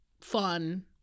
fun